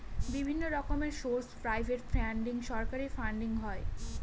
বিভিন্ন রকমের source private funding, সরকারি ফান্ডিং হয়